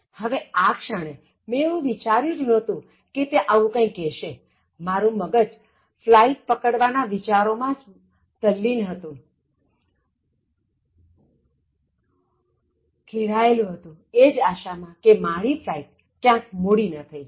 હવે આ ક્ષણે મેં એવું વિચાર્યું જ નહોતું કે તે આવું કંઇ કહેશે મારું મગજ ફ્લાઇટ પકડવા ના વિચાર થી જ ઘેરાયેલું હતું એ જ આશા માં કે મારી ફ્લાઇટ મોડી ન થાય